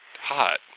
hot